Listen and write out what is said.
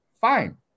fine